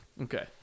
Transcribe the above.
Okay